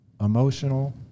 emotional